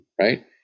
right